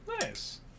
Nice